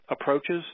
approaches